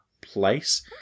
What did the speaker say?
place